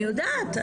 אני יודעת,